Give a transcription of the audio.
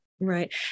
Right